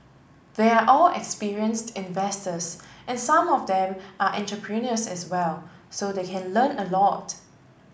they are all experienced investors and some of them are entrepreneurs as well so they can learn a lot